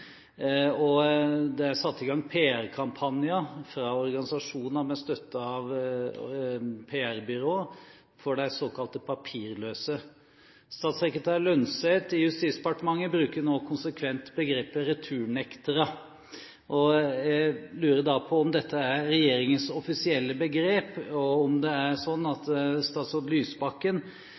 Det er satt i gang PR-kampanjer fra organisasjoner med støtte av PR-byrå for de såkalte papirløse. Statssekretær Lønseth i Justisdepartementet bruker nå konsekvent begrepet «returnektere». Jeg lurer på om dette er regjeringens offisielle begrep, og om det er sånn at statsråd Lysbakken